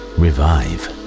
revive